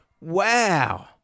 wow